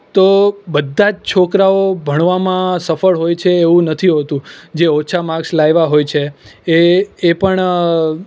તો બધા જ છોકરાઓ ભણવામાં સફળ હોય છે એવું નથી હોતું જે ઓછા માર્ક્સ લાવ્યા હોય છે એ એ પણ